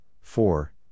four